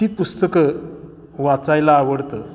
ती पुस्तकं वाचायला आवडतं